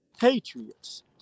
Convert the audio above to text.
Patriots